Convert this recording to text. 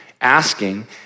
asking